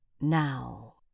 Now